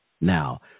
Now